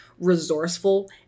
resourceful